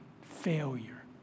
failure